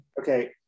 Okay